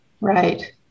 Right